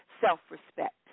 self-respect